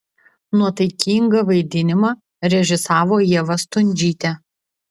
nuotaikingą vaidinimą režisavo ieva stundžytė